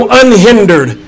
unhindered